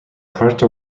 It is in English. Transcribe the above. puerto